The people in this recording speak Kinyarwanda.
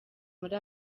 muri